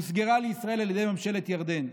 הוסגרה לישראל על ידי ממשלת ירדן.